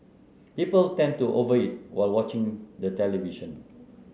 people tend to over eat while watching the television